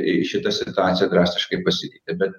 į šitą situaciją drastiškai pasikeitė bet